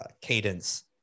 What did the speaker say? cadence